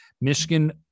Michigan